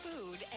food